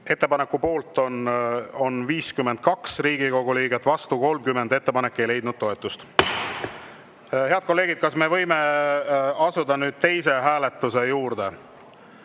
Ettepaneku poolt on 52 Riigikogu liiget, vastu 30. Ettepanek ei leidnud toetust. Head kolleegid, kas me võime asuda nüüd teise hääletuse juurde?